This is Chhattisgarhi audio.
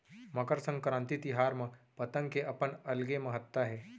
मकर संकरांति तिहार म पतंग के अपन अलगे महत्ता हे